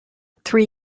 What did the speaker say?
three